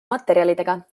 materjalidega